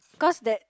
cause that